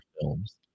films